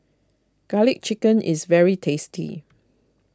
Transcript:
Garlic Chicken is very tasty